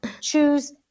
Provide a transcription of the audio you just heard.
Choose